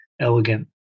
elegant